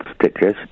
stitches